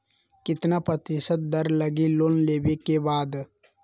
कितना प्रतिशत दर लगी लोन लेबे के बाद?